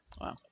Wow